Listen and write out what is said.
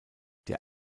der